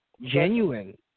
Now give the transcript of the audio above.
genuine